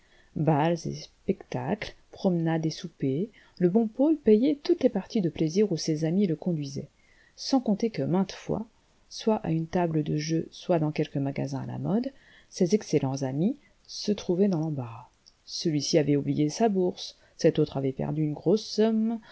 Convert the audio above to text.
bals et spectacles promenades et soupers le bon paul payait toutes les parties de plaisir où ses amis le conduisaient sans compter que maintes fois soit à une table de jeu soit dans quelque magasin à la mode ces excellents amis se trouvaient dans l'embarras celuici avait oublié sa bourse cet autre avait perdu une grosse somme